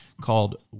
called